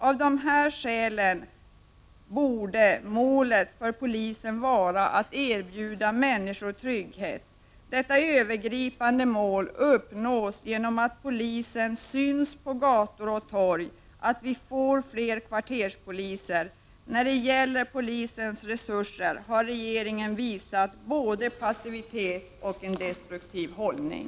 Av dessa skäl borde målet för polisen vara att erbjuda människor trygghet. Detta övergripande mål uppnås genom att polisen syns på gator och torg och genom att vi får fler kvarterspoliser. När det gäller polisens resurser har regeringen visat både passivitet och en destruktiv hållning.